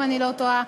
אם אני לא טועה,